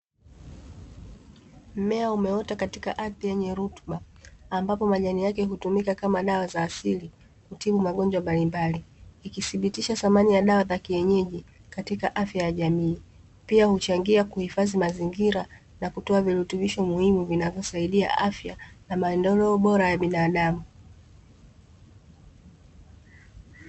Mmea umeota katika ardhi yenye rutuba ambapo majani yake hutumika kama dawa za asili kutibu magonjwa mbalimbali ikithibitisha thamani ya dawa za kienyeji katika afya ya jamii, pia huchangia kuhifadhi mazingira na kutoa virutubisho muhimu vinavyosaidia afya na maendeleo bora ya binadamu .